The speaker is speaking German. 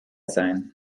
sein